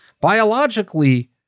Biologically